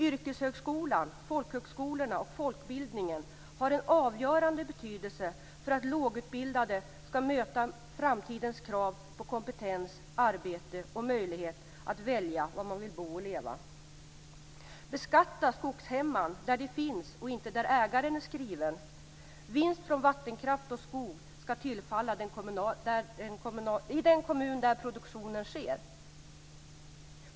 Yrkeshögskolan, folkhögskolorna och folkbildningen i övrigt har en avgörande betydelse för att lågutbildade skall kunna möta framtidens krav på kompetens, arbete och ha möjlighet att välja var de skall bo och leva. · Beskatta skogshemman där de finns och inte där ägaren är skriven. Vinst från vattenkraft och skog skall tillfalla den kommun där produktionen sker.